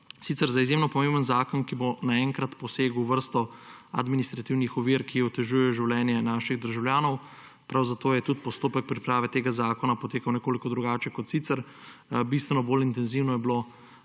sicer za izjemno pomemben zakon, ki bo naenkrat posegel v vrsto administrativnih ovir, ki otežujejo življenje naših državljanov. Prav zato tudi je postopek priprave tega zakona potekal nekoliko drugače kot sicer. Bistveno bolj intenzivno je bilo